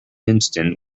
instant